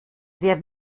sehr